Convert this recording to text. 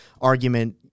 argument